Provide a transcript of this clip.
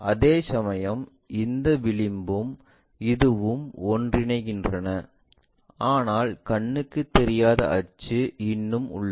அதேசமயம் இந்த விளிம்பும் இதுவும் ஒன்றிணைகின்றன ஆனால் கண்ணுக்குத் தெரியாத அச்சு இன்னும் உள்ளது